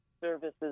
Services